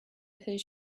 his